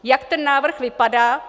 Jak ten návrh vypadá?